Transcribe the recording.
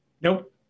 Nope